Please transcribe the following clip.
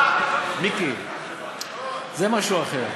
מיקי, זה משהו אחר.